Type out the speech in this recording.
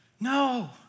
No